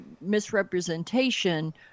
misrepresentation